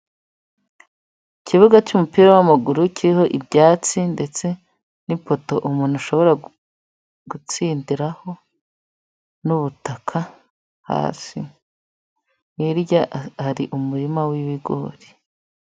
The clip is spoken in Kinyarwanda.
Ikibuga cy'umupira w'amaguru kiriho ibyatsi ndetse n'ipoto umuntu ashobora gutsindiraho, n'ubutaka hasi. Hirya hari umurima w'ibigori.